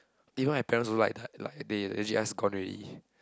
even my parents also like that like they legit us gone already